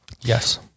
Yes